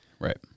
Right